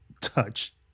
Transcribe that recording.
touch